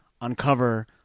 uncover